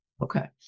Okay